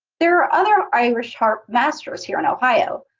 there are other irish harp masters here in ohio,